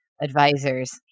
advisors